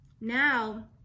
now